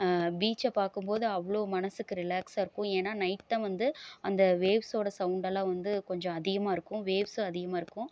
பீச்சை பார்க்கும்போது அவ்வளோ மனதுக்கு ரிலாக்ஸாக இருக்கும் ஏன்னால் நைட்டுதான் வந்து அந்த வேவ்ஸோடய சௌண்டெல்லாம் வந்து கொஞ்சம் அதிகமாக இருக்கும் வேவ்ஸும் அதிகமாக இருக்கும்